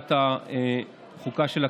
בוועדת החוקה של הכנסת.